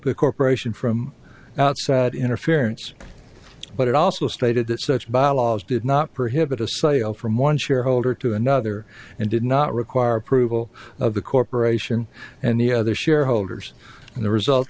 the corporation from outside interference but it also stated that such byelaws did not prohibit a sale from one shareholder to another and did not require approval of the corporation and the other shareholders and the result